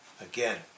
again